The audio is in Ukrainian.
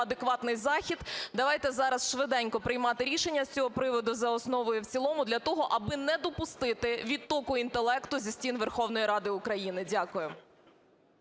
адекватний захід, давайте зараз швиденько приймати рішення з цього приводу за основу і в цілому для того, аби не допустити відтоку інтелекту зі стін Верховної Ради України. Дякую.